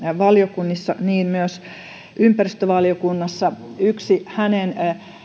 valiokunnissa niin myös ympäristövaliokunnassa yksi hänen